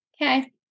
Okay